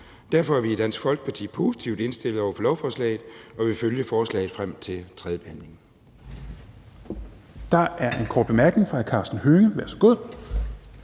Derfor er vi i Dansk Folkeparti positivt indstillede over for lovforslaget og vil følge forslaget frem til tredjebehandlingen. Kl. 16:48 Fjerde næstformand